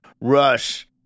rush